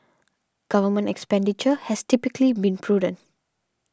government expenditure has typically been prudent